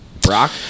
Brock